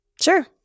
Sure